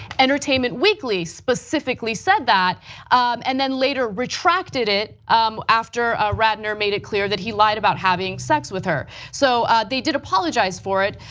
entertainment weekly said that and then later retracted it um after ah ratner made it clear that he lied about having sex with her. so they did apologize for it.